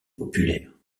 populaire